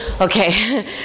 okay